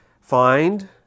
Find